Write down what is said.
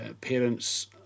parents